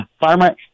Farmer